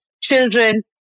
children